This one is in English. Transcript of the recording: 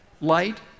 light